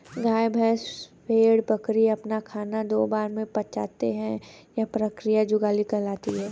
गाय, भैंस, भेड़, बकरी अपना खाना दो बार में पचा पाते हैं यह क्रिया जुगाली कहलाती है